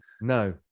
No